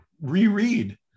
reread